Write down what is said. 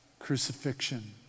Crucifixion